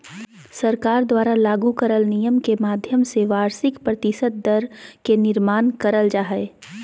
सरकार द्वारा लागू करल नियम के माध्यम से वार्षिक प्रतिशत दर के निर्माण करल जा हय